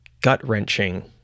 gut-wrenching